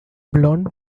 blond